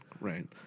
Right